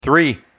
three